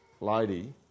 lady